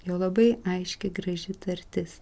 jo labai aiški graži tartis